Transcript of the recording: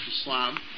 Islam